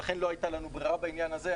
ולכן לא הייתה לנו ברירה בעניין הזה.